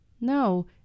No